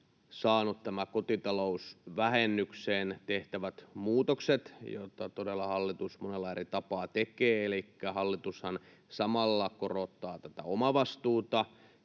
nämä kotitalousvähennykseen tehtävät muutokset, joita todella hallitus monella eri tapaa tekee. Elikkä hallitushan samalla korottaa tätä omavastuuta,